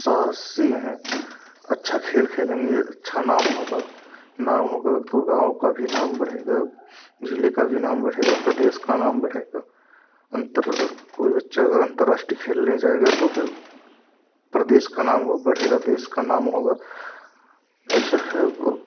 सहसी हैं अच्छा खेल खेलेंगे अच्छा नाम होगा नाम होगा तो गाँव का भी नाम बढ़ेगा जिले का भी नाम बढ़ेगा प्रदेश का नाम बढ़ेगा अंतर कोई बच्चा का अंतराष्ट्रीय खेलने जाएगा तो फिर प्रदेश का नाम वो बढ़ेगा देश का नाम होगा ऐसा है